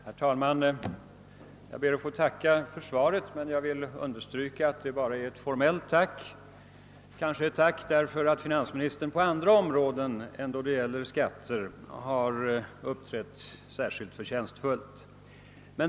Herr talman! Jag ber att få tacka för svaret, men jag vill understryka att det bara är ett formellt tack, ett tack för att finansministern på andra områden än då det gäller skatter har uppträtt förtjänstfullt.